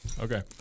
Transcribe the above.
Okay